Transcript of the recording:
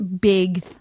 big